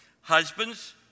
Husbands